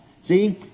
See